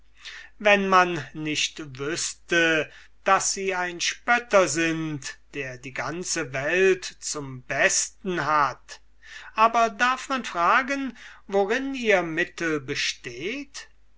wenn man nicht wüßte daß sie ein spötter sind der die ganze welt zum besten hat aber darf man fragen worin ihr mittel besteht